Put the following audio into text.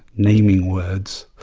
naming words,